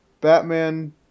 batman